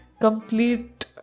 complete